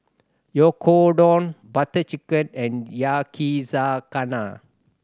Oyakodon Butter Chicken and Yakizakana